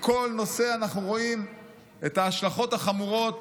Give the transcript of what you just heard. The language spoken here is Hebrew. בכל נושא אנחנו רואים את ההשלכות החמורות